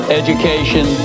education